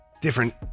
different